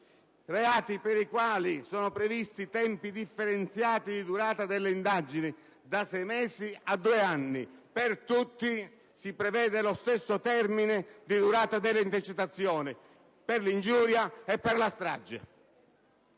reati per i quali sono previsti tempi differenziati di durata delle indagini, da sei mesi a due anni: per tutti si prevede però lo stesso termine di durata delle intercettazioni, per l'ingiuria e per la strage.